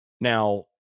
Now